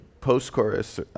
post-chorus